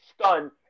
stunned